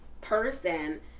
person